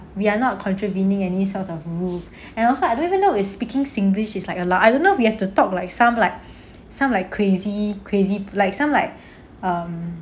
we are not contradicting any sort of rules and also I don't even know is speaking singlish is like allow I don't know if we have to talk like some like some like crazy crazy like some like um